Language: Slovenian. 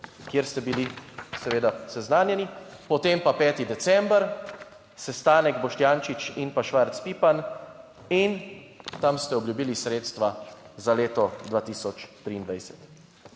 kjer ste bili seveda seznanjeni, potem pa 5. december sestanek Boštjančič in pa Švarc Pipan in tam ste obljubili sredstva za leto 2023.